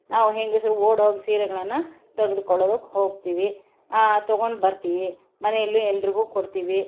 ನಾವು ಹೆಂಗಸರು ಓಡೋಗಿ ಸೀರೆಗಳನ್ನು ತೆಗ್ದುಕೊಳ್ಳೋದಕ್ಕೆ ಹೋಗ್ತೀವಿ ತಗೊಂಡು ಬರ್ತೀವಿ ಮನೆಯಲ್ಲೂ ಎಲ್ರಿಗೂ ಕೊಡ್ತೀವಿ